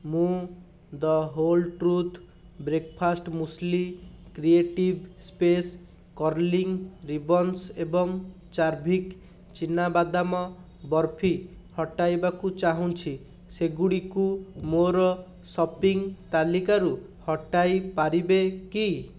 ମୁଁ the whole truth breakfast muesli creative space curling ribbons ଏବଂ ଚାର୍ଭିକ ଚୀନା ବାଦାମ ବର୍ଫି ହଟାଇବାକୁ ଚାହୁଁଛି ସେଗୁଡ଼ିକୁ ମୋର ସପିଂ ତାଲିକାରୁ ହଟାଇ ପାରିବେ କି